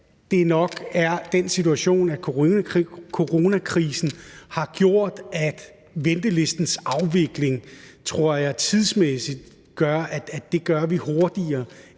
at det nok er den situation, at coronakrisen har gjort, at ventelistens afvikling, tror jeg, tidsmæssigt gør, at det gør vi hurtigere,